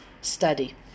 study